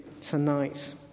tonight